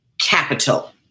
capital